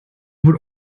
would